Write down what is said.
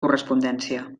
correspondència